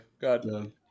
God